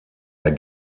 der